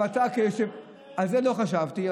על זה לא חשבתי,